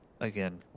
again